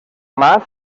mas